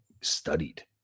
studied